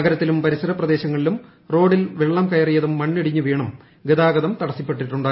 നഗരത്തിലും പരിസര പ്രദേശങ്ങളിലും റോഡിൽ വെള്ളം കയറിയും മണ്ണിടിഞ്ഞു വീണും ഗതാഗതം തടസപ്പെട്ടിട്ടുണ്ട്